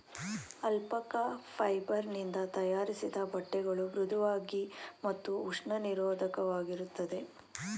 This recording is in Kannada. ಅಲ್ಪಕಾ ಫೈಬರ್ ನಿಂದ ತಯಾರಿಸಿದ ಬಟ್ಟೆಗಳು ಮೃಧುವಾಗಿ ಮತ್ತು ಉಷ್ಣ ನಿರೋಧಕವಾಗಿರುತ್ತದೆ